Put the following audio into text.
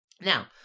Now